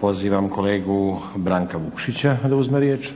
Pozivam kolegu Branka Vukšića da uzme riječ.